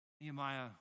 Nehemiah